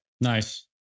Nice